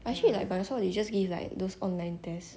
actually like but I thought they just give like those online test